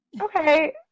okay